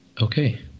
Okay